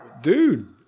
Dude